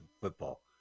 football